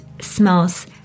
smells